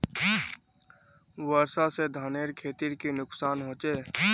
वर्षा से धानेर खेतीर की नुकसान होचे?